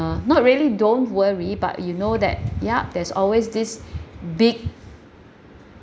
uh not really don't worry but you know that ya there's always this big